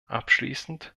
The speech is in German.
abschließend